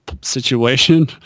situation